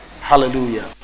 hallelujah